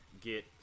get